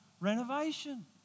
renovation